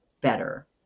better